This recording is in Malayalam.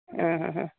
ആ ഹാ ഹാ